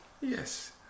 Yes